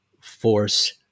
force